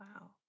Wow